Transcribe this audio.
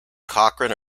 cochrane